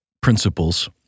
principles